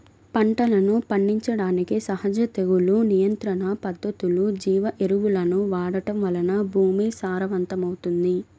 పంటలను పండించడానికి సహజ తెగులు నియంత్రణ పద్ధతులు, జీవ ఎరువులను వాడటం వలన భూమి సారవంతమవుతుంది